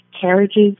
carriages